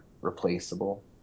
replaceable